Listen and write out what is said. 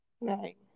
Right